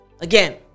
again